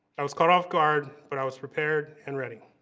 i was caught off-guard, but i was prepared and ready.